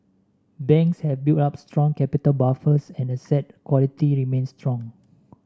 banks have built up strong capital buffers and asset quality remains strong